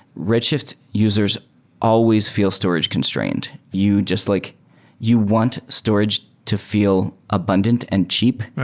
red shift users always feel storage constraint. you just like you want storage to feel abundant and cheap,